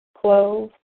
clove